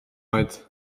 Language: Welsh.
oed